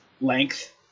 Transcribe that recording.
length